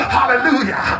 Hallelujah